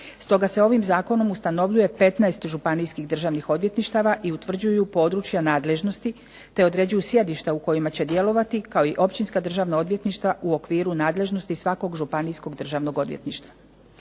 Stoga se ovim zakonom ustanovljuje 15 Županijskih državnih odvjetništava i utvrđuju područja nadležnosti, te određuju sjedišta u kojima će djelovati kao i Općinska državna odvjetništva u okviru nadležnosti svakog Županijskog državnog odvjetništva.